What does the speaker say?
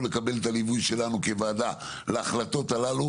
לקבל את הליווי שלנו כוועדה להחלטות הללו,